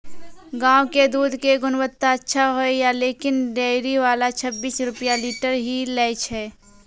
गांव के दूध के गुणवत्ता अच्छा होय या लेकिन डेयरी वाला छब्बीस रुपिया लीटर ही लेय छै?